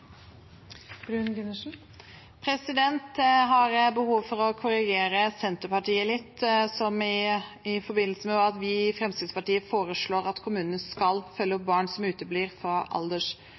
har behov for å korrigere Senterpartiet litt, som i forbindelse med at vi i Fremskrittspartiet foreslår at kommunene skal følge opp barn som uteblir fra